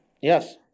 Yes